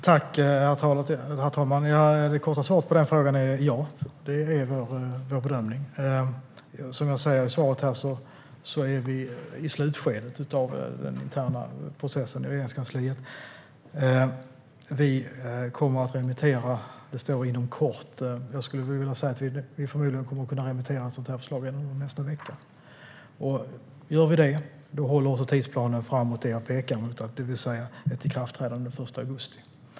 Herr talman! Det korta svaret på den frågan är ja. Det är vår bedömning. Som jag säger i svaret är vi i slutskedet av den interna processen i Regeringskansliet. Vi kommer att remittera, som det står, inom kort. Jag skulle säga att vi förmodligen kommer att kunna remittera ett sådant här förslag redan under nästa vecka. Gör vi det håller också tidsplanen för det jag pekar emot, det vill säga ett ikraftträdande den 1 augusti.